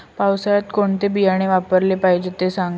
पावसाळ्यात कोणते बियाणे वापरले पाहिजे ते सांगा